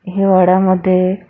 हिवाळ्यामध्ये